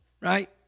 right